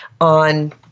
on